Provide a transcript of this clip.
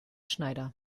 schneider